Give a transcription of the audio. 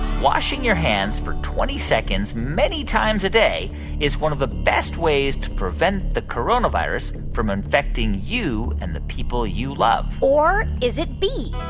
washing your hands for twenty seconds many times a day is one of the best ways to prevent the coronavirus from infecting you and the people you love? or is it b,